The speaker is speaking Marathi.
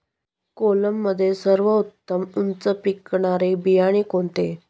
कोलममध्ये सर्वोत्तम उच्च पिकणारे बियाणे कोणते?